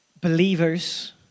believers